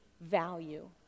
value